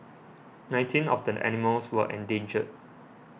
nineteen of the animals were endangered